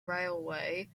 railway